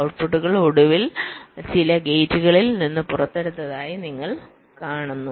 ഔട്ട്പുട്ടുകൾ ഒടുവിൽ ചില ഗേറ്റുകളിൽ നിന്ന് പുറത്തെടുത്തതായി നിങ്ങൾ കാണുന്നു